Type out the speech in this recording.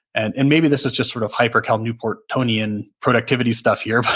and and maybe this is just sort of hyper cal newportonian productivity stuff here,